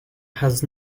has